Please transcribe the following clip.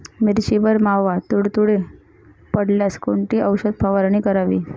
मिरचीवर मावा, तुडतुडे पडल्यास कोणती औषध फवारणी करावी?